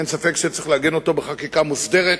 אין ספק שצריך לעגן אותו בחקיקה מוסדרת,